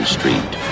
Street